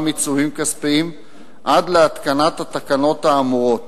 עיצומים כספיים עד להתקנת התקנות האמורות,